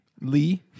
Lee